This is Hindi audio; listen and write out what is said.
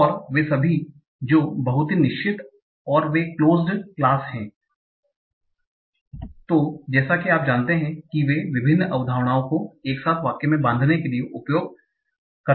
और वे सभी जो बहुत ही निश्चित और वे क्लोज्ड क्लास हैं और जैसा कि आप जानते हैं कि वे विभिन्न अवधारणाओं को एक साथ वाक्य में बांधने के लिए उपयोग किया जाता है